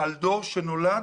עם דור שנולד